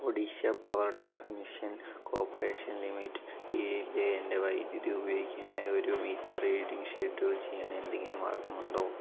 Odisha power transmission corporation limit കീഴിലെ എൻ്റെ വൈദ്യുതി ഉപയോഗിക്കുന്നതിനായി ഒരു മീറ്റർ റീഡിംഗ് ഷെഡ്യൂൾ ചെയ്യാൻ എന്തെങ്കിലും മാർഗമുണ്ടോ